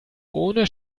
ohne